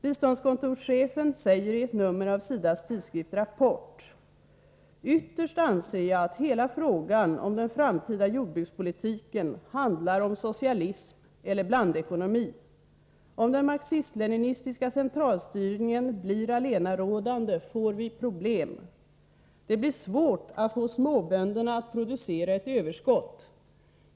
Biståndskontorschefen säger i ett nummer av SIDA:s tidskrift Rapport följande: ”Ytterst anser jag att hela frågan om den framtida jordbrukspolitiken handlar om socialism eller blandekonomi. Om den marxist-leninistiska centralstyrningen blir allenarådande får vi problem. Det blir svårt att få småbönderna att producera ett överskott.